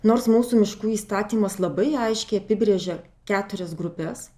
nors mūsų miškų įstatymas labai aiškiai apibrėžia keturias grupes